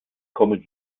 kommen